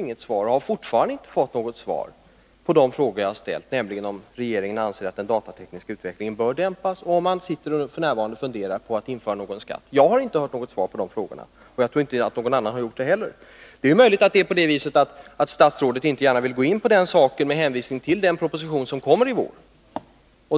inget svar och har fortfarande inte fått något svar på de frågor som jag har ställt, nämligen om regeringen anser att den datatekniska utvecklingen bör dämpas och om man f.n. funderar på att införa någon skatt. Jag har inte hört något svar på de frågorna, och jag tror inte att någon annan har gjort det heller. Det är möjligt att det är så att statsrådet inte gärna vill gå in på den saken med hänvisning till den proposition som kommer i vår.